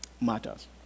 matters